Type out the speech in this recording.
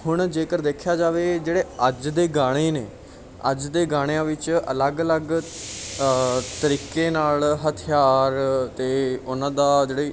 ਹੁਣ ਜੇਕਰ ਦੇਖਿਆ ਜਾਵੇ ਜਿਹੜੇ ਅੱਜ ਦੇ ਗਾਣੇ ਨੇ ਅੱਜ ਦੇ ਗਾਣਿਆਂ ਵਿੱਚ ਅਲੱਗ ਅਲੱਗ ਤਰੀਕੇ ਨਾਲ ਹਥਿਆਰ ਅਤੇ ਉਹਨਾਂ ਦਾ ਜਿਹੜੀ